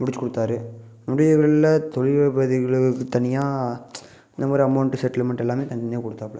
முடித்து கொடுத்தாரு முடியவில்லை தொழில்கள் பாதி தனியாக இந்த மாதிரி அமௌண்ட்டு செட்டில்மண்ட்டு எல்லாம் தனித்தனியாக கொடுத்தாப்புல